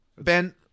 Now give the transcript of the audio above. Ben